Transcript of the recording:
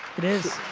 it is.